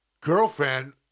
girlfriend